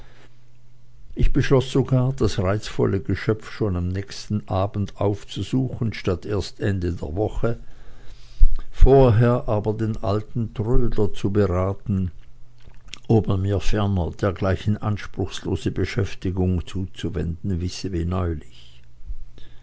ich beschloß sogar das reizvolle geschöpf schon am nächsten abend aufzusuchen statt erst zu ende der woche vorher aber den alten trödler zu beraten ob er mir ferner dergleichen anspruchlose beschäftigung zuzuwenden wisse wie neulich